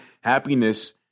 Happiness